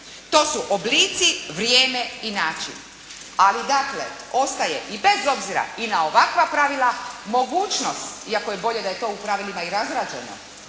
To su oblici, vrijeme i način. Ali dakle ostaje i bez obzira i na ovakva pravila mogućnost iako je bolje da je to u pravilima i razrađeno,